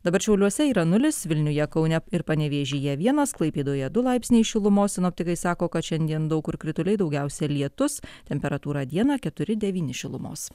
dabar šiauliuose yra nulis vilniuje kaune ir panevėžyje vienas klaipėdoje du laipsniai šilumos sinoptikai sako kad šiandien daug kur krituliai daugiausia lietus temperatūra dieną keturi devyni šilumos